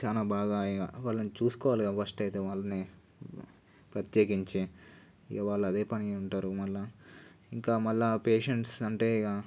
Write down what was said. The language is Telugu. చాలా బాగా ఇక వాళ్ళని చూసుకోవాలి కదా ఫస్ట్ అయితే వాళ్ళని ప్రత్యేకించి ఇక వాళ్ళు అదే పని మీద ఉంటారు మళ్ళీ ఇంకా మళ్ళీ పేషెంట్స్ అంటే ఇక